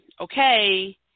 okay